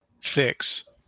fix